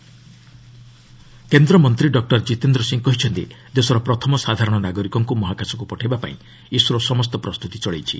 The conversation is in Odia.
ଗଗନଯାନ କେନ୍ଦ୍ରମନ୍ତ୍ରୀ ଡକ୍କର ଜିତେନ୍ଦ୍ର ସିଂ କହିଛନ୍ତି ଦେଶର ପ୍ରଥମ ସାଧାରଣ ନାଗରିକଙ୍କୁ ମହାକାଶକୁ ପଠାଇବାପାଇଁ ଇସ୍ରୋ ସମସ୍ତ ପ୍ରସ୍ତୁତି ଚଳାଇଛି